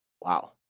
Wow